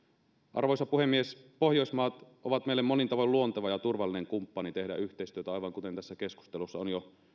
arvoisa puhemies pohjoismaat ovat meille monin tavoin luonteva ja turvallinen kumppani tehdä yhteistyötä aivan kuten tässä keskustelussa on jo